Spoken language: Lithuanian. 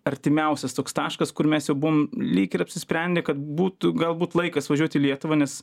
artimiausias toks taškas kur mes jau buvom lyg ir apsisprendę kad būtų galbūt laikas važiuot į lietuvą nes